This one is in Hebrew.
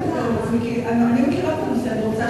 אני מכירה את הנושא היטב,